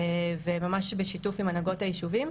ממש בשיתוף עם הנהגות היישובים,